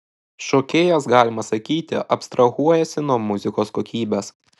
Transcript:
šokėjas galima sakyti abstrahuojasi nuo muzikos kokybės